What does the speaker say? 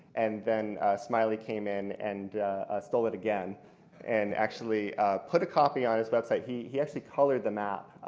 and then smiley came in and stole it again and actually put a copy on his website. he he actually colored the map,